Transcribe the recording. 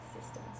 Systems